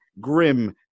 grim